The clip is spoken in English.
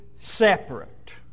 separate